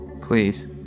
Please